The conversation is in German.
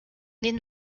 den